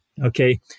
Okay